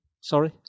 Sorry